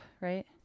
right